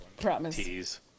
Promise